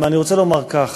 אני רוצה לומר כך,